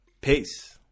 Peace